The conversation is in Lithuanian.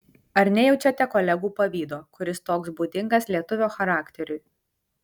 ar nejaučiate kolegų pavydo kuris toks būdingas lietuvio charakteriui